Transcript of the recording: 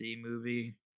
movie